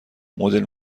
مدل